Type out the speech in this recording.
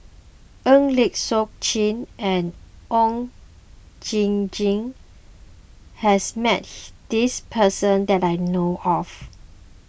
Eng Lee Seok Chee and Oon Jin Gee has met this person that I know of